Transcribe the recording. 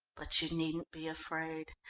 but you needn't be afraid.